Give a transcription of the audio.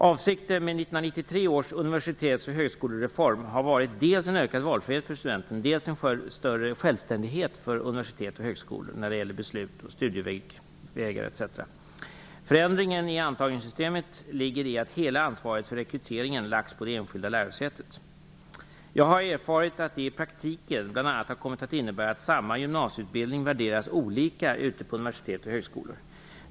Avsikten med 1993 års universitets och högskolereform har varit dels en ökad valfrihet för studenten, dels en större självständighet för universitet och högskolor när det gäller beslut om studievägar etc. Förändringen i antagningssystemet ligger i att hela ansvaret för rekryteringen lagts på det enskilda lärosätet. Jag har erfarit att detta i praktiken bl.a. har kommit att innebära att samma gymnasieutbildning värderas olika ute på universitet och högskolor.